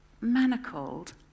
manacled